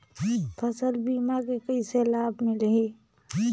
फसल बीमा के कइसे लाभ मिलही?